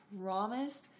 promise